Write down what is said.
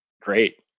Great